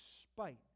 spite